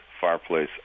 fireplace